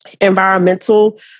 environmental